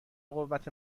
قوت